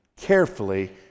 carefully